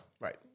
Right